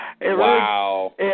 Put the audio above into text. Wow